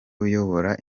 uyobora